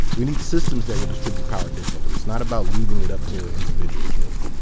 we need systems that will distribute power differently. it's not about leaving it up to individuals, really.